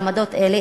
בעמדות אלה,